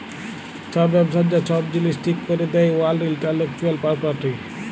ছব ব্যবসার যা ছব জিলিস ঠিক ক্যরে দেই ওয়ার্ল্ড ইলটেলেকচুয়াল পরপার্টি